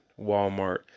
Walmart